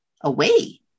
away